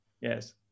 Yes